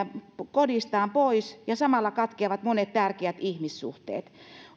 kodistaan pois ja samalla katkeavat monet tärkeät ihmissuhteet